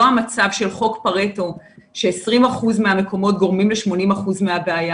המצב של חוק פארטו ש-20% מהמקומות גורמים ל-80% מהבעיה.